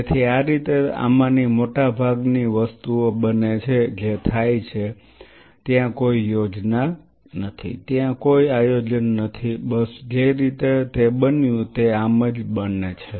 તેથી આ રીતે આમાંની મોટાભાગની વસ્તુઓ બને છે જે થાય છે ત્યાં કોઈ યોજના નથી ત્યાં કોઈ આયોજન નથી બસ જે રીતે તે બન્યું તે આમ જ બને છે